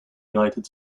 united